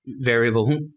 variable